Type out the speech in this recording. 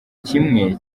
kimwe